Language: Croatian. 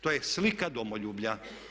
To je slika domoljublja.